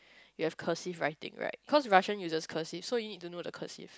you have cursive writing right because Russian you just cursive so you need to know the cursive